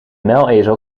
muilezel